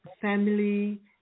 family